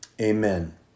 Amen